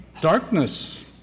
darkness